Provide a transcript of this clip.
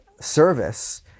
service